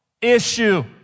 issue